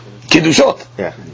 Kiddushot